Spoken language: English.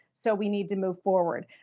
so we need to move forward.